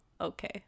okay